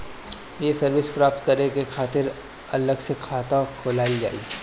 ये सर्विस प्राप्त करे के खातिर अलग से खाता खोलल जाइ?